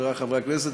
חברי חברי הכנסת,